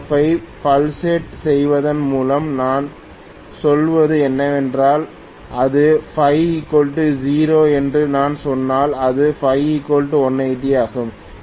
MMF ஐ பல்சேட் செய்வதன் மூலம் நான் சொல்வது என்னவென்றால் இது Ө 0 என்று நான் சொன்னால் இது Ө 180 ஆகும்